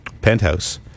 penthouse